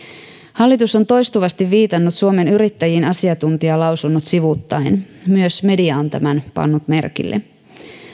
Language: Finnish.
hallitus on toistuvasti viitannut suomen yrittäjiin asiantuntijalausunnot sivuuttaen myös media on tämän pannut merkille